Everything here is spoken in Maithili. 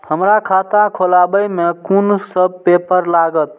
हमरा खाता खोलाबई में कुन सब पेपर लागत?